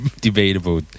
debatable